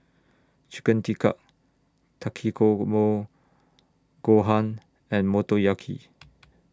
Chicken Tikka Takikomi Gohan and Motoyaki